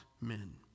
men